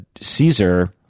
Caesar